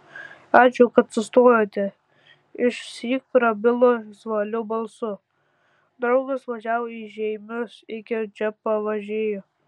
ačiū kad sustojote išsyk prabilo žvaliu balsu draugas važiavo į žeimius iki čia pavėžėjo